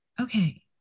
Okay